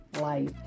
life